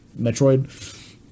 metroid